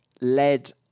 led